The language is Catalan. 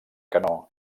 canó